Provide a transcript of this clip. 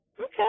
Okay